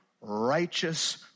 righteous